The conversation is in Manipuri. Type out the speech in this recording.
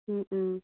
ꯎꯝ ꯎꯝ